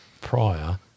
prior